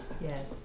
Yes